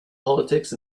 politics